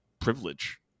privilege